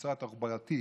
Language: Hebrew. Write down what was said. המצור התחבורתי,